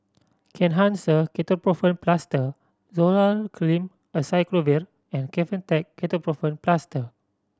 Kenhancer Ketoprofen Plaster Zoral Cream Acyclovir and Kefentech Ketoprofen Plaster